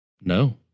No